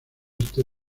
este